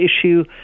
issue